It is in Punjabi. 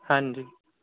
ਹਾਂਜੀ